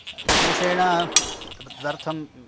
विशेषेण तदर्थं